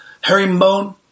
Herringbone